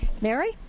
mary